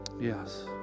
Yes